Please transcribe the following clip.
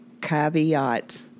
caveat